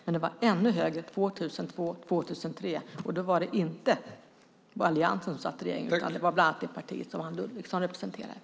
Men den var ännu högre 2002 och 2003, och då var det inte alliansen som satt i regeringsställning, utan det var bland andra det parti som Anne Ludvigsson representerar.